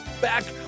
back